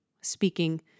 speaking